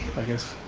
i guess,